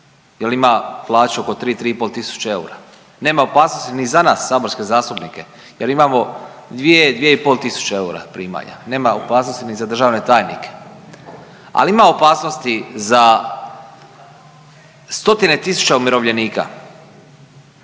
jer ima plaću oko 3, 3 i pol tisuće eura. Nema opasnosti ni za nas saborske zastupnike jer imamo 2, 2 i pol tisuće eura primanja. Nema opasnosti ni za državne tajnike, ali ima opasnosti za stotine tisuća umirovljenika